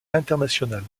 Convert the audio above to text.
internationale